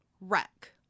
Wreck